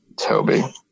toby